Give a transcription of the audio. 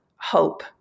hope